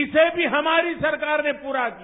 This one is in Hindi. इसे भी हमारी सरकार ने पूरा किया